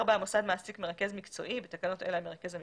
המוסד מעסיק מרכז מקצועי (בתקנות אלה המרכז המקצועי)